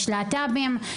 יש להט"בים,